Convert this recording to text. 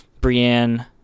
Brienne